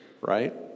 right